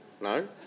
No